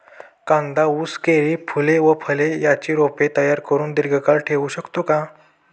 कांदा, ऊस, केळी, फूले व फळे यांची रोपे तयार करुन दिर्घकाळ ठेवू शकतो का?